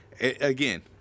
Again